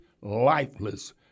lifeless